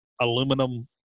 aluminum